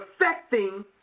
affecting